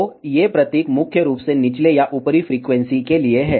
तो ये प्रतीक मुख्य रूप से निचले या ऊपरी फ्रीक्वेंसी के लिए हैं